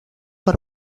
per